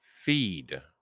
feed